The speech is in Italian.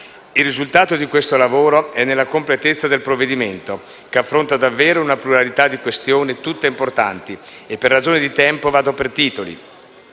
Il risultato di questo lavoro è nella completezza del provvedimento, che affronta davvero una pluralità di questioni tutte importanti. Per ragioni di tempo, vado per titoli: